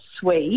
suite